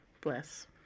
Bless